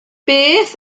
beth